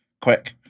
quick